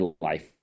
life